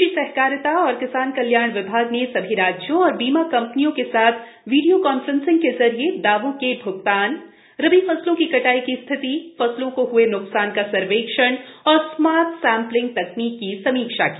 कृषि सहकारिता और किसान कल्याण विभाग ने सभी राज्यों और बीमा कंपनियों के साथ वीडियों कांफ्रेंस के जरिये दावों के भ्गतान रबी फसलों की कटाई की स्थिति फसलों को हए न्कसान का सर्वेक्षण और स्मार्ट सैंप्लिंग तकनीक की समीक्षा की